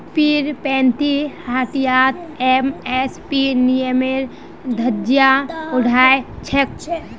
पीरपैंती हटियात एम.एस.पी नियमेर धज्जियां उड़ाई छेक